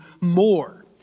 more